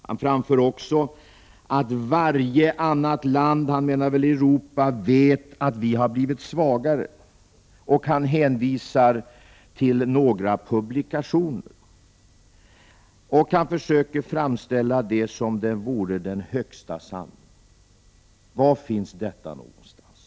Carl Bildt påstår också att varje annat land — han menar väl Europa — vet att Sverige har blivit svagare, och han hänvisar till några publikationer. Han försöker framställa det så att det är den högsta sanningen. Var finns då denna uppfattning?